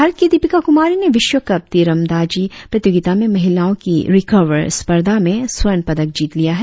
भारत की दीपिका कुमारी ने विश्व कप तीरमदाजी प्रतियोगिता में महिलाओ की रिकर्व स्पर्धा में स्वर्ण पदक जीत लिया है